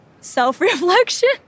self-reflection